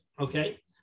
Okay